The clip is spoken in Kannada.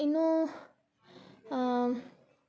ಇನ್ನೂ